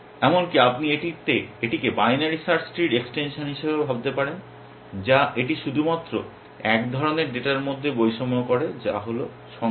এমনকি আপনি এটিকে বাইনারি সার্চ ট্রির এক্সটেনশন হিসাবেও ভাবতে পারেন যা এটি শুধুমাত্র এক ধরণের ডেটার মধ্যে বৈষম্য করে যা হল সংখ্যা